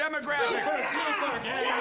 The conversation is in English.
demographic